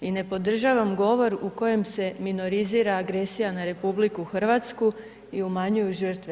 I ne podržavam govor u kojem se minorizira agresija na Republiku Hrvatsku i umanjuju žrtve.